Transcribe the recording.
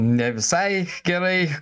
ne visai gerai